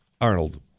Arnold